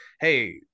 hey